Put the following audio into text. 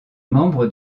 membre